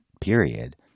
period